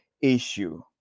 issue